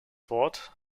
wort